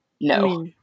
No